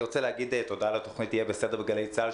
אני רוצה להגיד תודה לתכנית "יהיה בסדר" בגלי צה"ל,